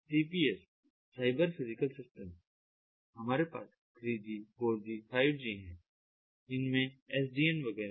CPS cyber physical system हमारे पास 3G 4G 5G है हमने SDN वगैरह